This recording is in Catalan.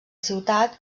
ciutat